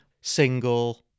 single